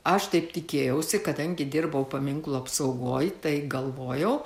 aš taip tikėjausi kadangi dirbau paminklų apsaugoj tai galvojau